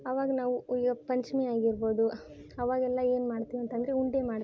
ಆವಾಗ ನಾವು ಉಯ್ಯೋ ಪಂಚಮಿ ಆಗಿರ್ಬೋದು ಆವಾಗೆಲ್ಲ ಏನು ಮಾಡ್ತೀವಿ ಅಂತ ಅಂದ್ರೆ ಉಂಡೆ ಮಾಡ್ತೀವಿ